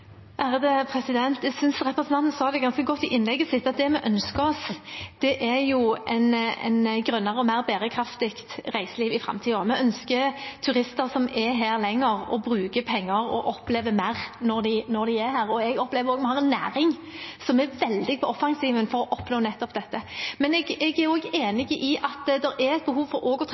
Jeg synes representanten Lyngedal sa det ganske godt i innlegget sitt at det vi ønsker, er et grønnere og mer bærekraftig reiseliv i framtiden. Vi ønsker turister som er her lenger, og som bruker penger og opplever mer når de er her. Jeg opplever at vi har en næring som er veldig offensiv for å oppnå nettopp dette. Jeg er også enig i at det er behov for